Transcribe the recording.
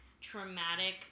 traumatic